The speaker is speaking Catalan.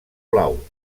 blau